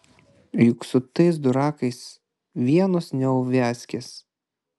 juk su tais durakais vienos neuviazkės